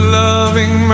loving